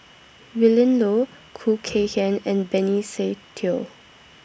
Willin Low Khoo Kay Hian and Benny Se Teo